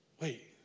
wait